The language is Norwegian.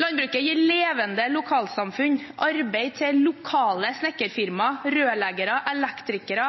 Landbruket gir levende lokalsamfunn, arbeid til lokale snekkerfirma, rørleggere og elektrikere,